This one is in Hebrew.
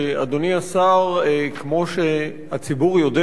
אדוני השר, כמו שהציבור יודע,